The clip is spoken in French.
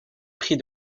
prix